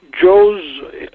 Joe's